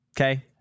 Okay